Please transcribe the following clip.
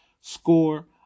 score